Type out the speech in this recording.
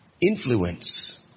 influence